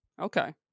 Okay